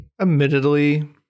admittedly